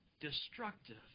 destructive